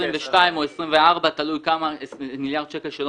המשמעות של 22 או 24 מיליארד שקל שלא